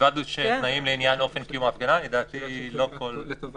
ובלבד שהתנאים לעניין אופן קיום ההפגנה --- תנסחו את